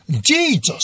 Jesus